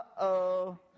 Uh-oh